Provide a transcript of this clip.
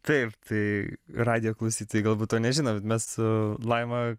taip tai radijo klausytojai galbūt to nežino mes su laima